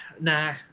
nah